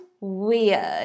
weird